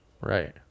right